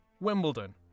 Wimbledon